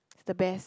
the best